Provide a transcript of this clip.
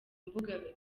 mbuga